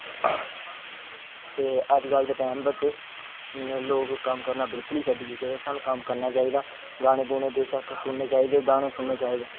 अजकल ते टैंम उपर ते लोग करना ते बिलकुल ही शडी चुके दे सानू कम्म करना चाहिदा गाने गुने बैशक सुनने चाहिदे गाने सुनने चाहिदे